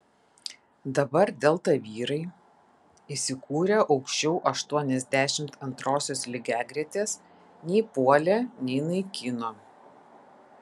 dabar delta vyrai įsikūrę aukščiau aštuoniasdešimt antrosios lygiagretės nei puolė nei naikino